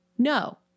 No